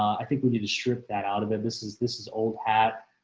i think we need to strip that out of it. this is this is old hat.